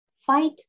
fight